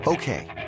Okay